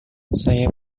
saya